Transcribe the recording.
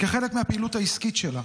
כחלק מהפעילות העסקית שלה,